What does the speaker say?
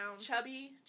chubby